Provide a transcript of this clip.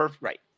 Right